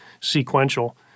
sequential